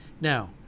now